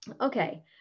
Okay